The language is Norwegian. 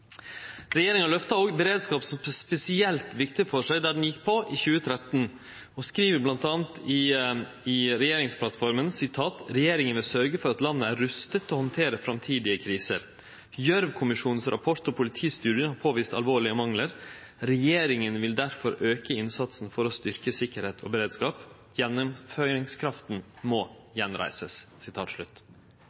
Regjeringa løfta òg fram beredskap som spesielt viktig då ho gjekk på i 2013, og skriv bl.a. i regjeringsplattforma: «Regjeringen vil sørge for at landet er rustet til å håndtere fremtidige kriser. Gjørv-kommisjonens rapport og politistudien har påvist alvorlige mangler. Regjeringen vil derfor øke innsatsen for å styrke sikkerhet og beredskap. Gjennomføringskraften må gjenreises.»